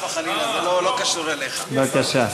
בבקשה.